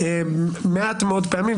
מעט מאוד פעמים,